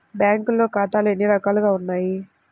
బ్యాంక్లో ఖాతాలు ఎన్ని రకాలు ఉన్నావి?